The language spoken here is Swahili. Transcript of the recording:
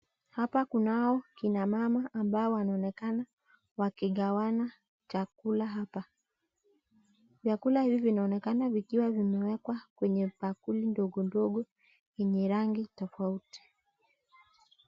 Hapa kunao akina mama ambao wanaonekana wakigawana chakula hapa vyakula hivi vinaonekana vikiwa vimewekwa kwenye bakuli ndogo ndogo zenye rangi tofauti.